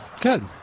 Good